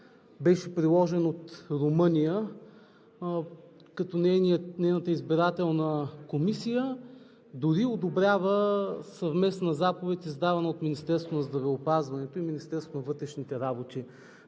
Беше приложен от Румъния, като нейната избирателна комисия там дори одобрява съвместна заповед, издавана от Министерството на здравеопазването и Министерството на вътрешните работи,